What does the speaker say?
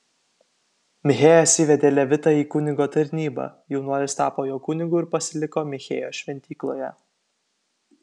michėjas įvedė levitą į kunigo tarnybą jaunuolis tapo jo kunigu ir pasiliko michėjo šventykloje